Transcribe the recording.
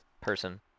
person